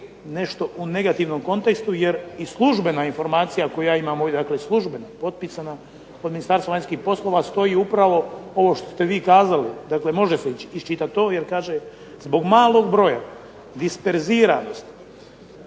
nešto u negativnom kontekstu jer i službena informacija koju ja imam ovdje, dakle službena, potpisana od Ministarstva vanjskih poslova, stoji upravo ovo što ste vi kazali. Dakle, može se iščitati to jer kaže: "Zbog malog broja disperziranosti